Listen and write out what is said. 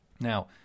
Now